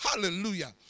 hallelujah